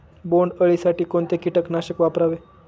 बोंडअळी साठी कोणते किटकनाशक वापरावे?